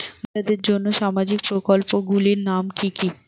মহিলাদের জন্য সামাজিক প্রকল্প গুলির নাম কি কি?